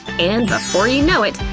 and before you know it,